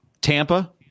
Tampa